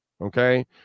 Okay